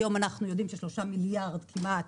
היום אנחנו יודעים ששלושה מיליארד כמעט,